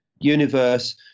universe